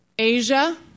Asia